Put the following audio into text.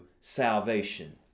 salvation